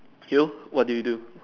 you what did you do